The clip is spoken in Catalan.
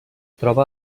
troba